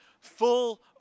full